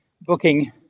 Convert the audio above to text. booking